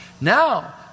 Now